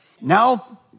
Now